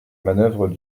manœuvre